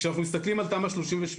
וכשאנחנו מסתכלים על תמ"א 38,